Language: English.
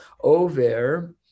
over